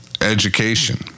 education